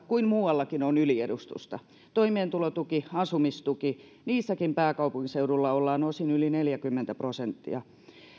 kuin muuallakin on yliedustusta toimeentulotuki asumistuki niissäkin pääkaupunkiseudulla ollaan osin yli neljäkymmentä prosenttia